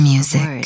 Music